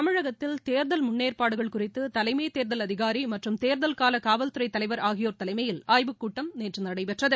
தமிழகத்தில் தேர்தல் முன்னேற்பாடுகள் குறித்து தலைமைத் தேர்தல் அதிகாரி மற்றும் தேர்தல் காலகாவல்துறைதலைவர் ஆகியோர் தலைமையில் ஆய்வு கூட்டம் நேற்றுநடைபெற்றது